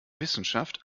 wissenschaft